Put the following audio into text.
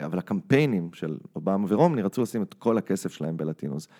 אבל הקמפיינים של אובמה ורומני רצו לשים את כל הכסף שלהם בלטינוס.